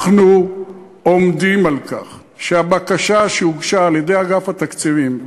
אנחנו עומדים על כך שהבקשה שהוגשה על-ידי אגף התקציבים,